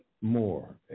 more